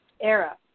era